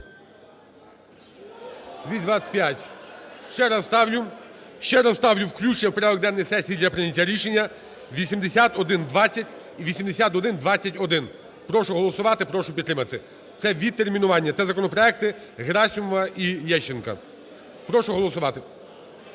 За-225 Ще раз ставлю включення в порядок денний сесії для прийняття рішення 8120 і 8120-1. Прошу голосувати, прошу підтримати. Це відтермінування, це законопроекти Герасимова і Лещенка. Прошу голосувати.